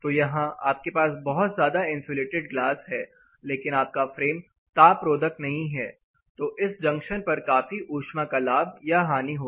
तो यहां आपके पास बहुत ज्यादा इंसुलेटेड गलास है लेकिन आपका फ्रेम ताप रोधक नहीं है तो इस जंक्शन पर काफी ऊष्मा का लाभ या हानि होगी